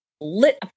lit